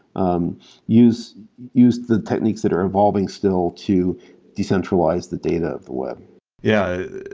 um use use the techniques that are evolving still to decentralize the data of the web yeah,